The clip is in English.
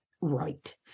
right